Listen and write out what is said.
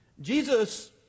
Jesus